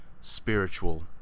spiritual